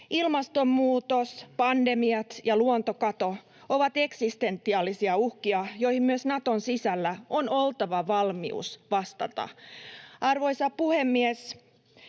Ilmastonmuutos, pandemiat ja luontokato ovat eksistentiaalisia uhkia, joihin myös Naton sisällä on oltava valmius vastata. Arvoisa puhemies!